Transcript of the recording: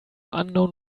unknown